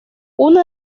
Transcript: una